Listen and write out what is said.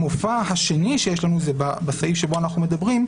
המופע השני שיש לנו זה בסעיף שבו אנחנו מדברים,